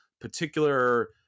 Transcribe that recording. particular